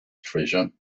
treasure